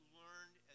learned